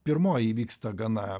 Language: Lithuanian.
pirmoji įvyksta gana